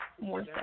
More